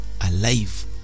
alive